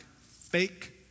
fake